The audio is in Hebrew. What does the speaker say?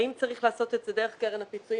על האם צריך לעשות את זה דרך קררן הפיצויים